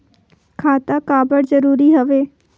खाता का बर जरूरी हवे?